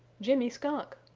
jimmy skunk!